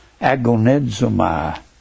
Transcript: agonizomai